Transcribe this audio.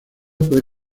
puede